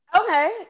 Okay